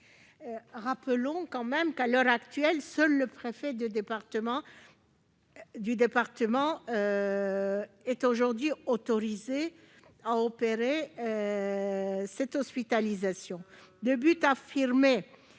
Rappelons tout de même que, à l'heure actuelle, seul le préfet de département est aujourd'hui autorisé à opérer une hospitalisation. Par